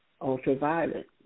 ultraviolet